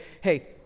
hey